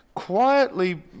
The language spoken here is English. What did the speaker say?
quietly